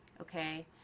okay